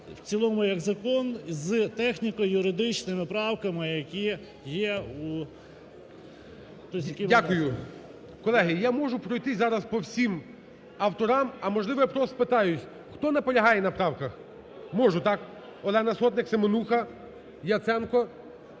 в цілому як закон з техніко-юридичними правками, які є… ГОЛОВУЮЧИЙ. Дякую. Колеги, я можу пройтись зараз по всім авторам, а, можливо, я просто спитаю, хто наполягає на правках? Можу, так? Олена Сотник, Семенуха, Яценко?